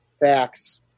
facts